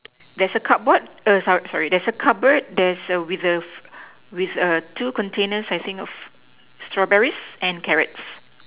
there's a cupboard err sorry sorry there's a cupboard there's a with a with a two containers I think of strawberries and carrots